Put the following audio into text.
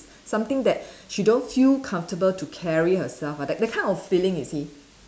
something that she don't feel comfortable to carry herself ah that that kind of feeling you see